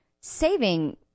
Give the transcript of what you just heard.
saving